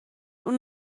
اون